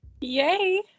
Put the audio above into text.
yay